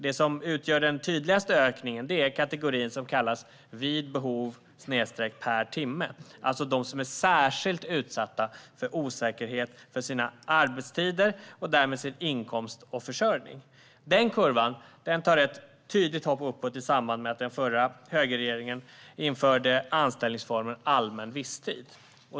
Det som utgör den tydligaste ökningen är den kategori som kallas "vid behov/per timme", alltså de som är särskilt utsatta för osäkerhet när det gäller arbetstider och därmed inkomst och försörjning. Den kurvan gör ett tydligt hopp uppåt i samband med att den tidigare högerregeringen införde anställningsformen allmän visstid.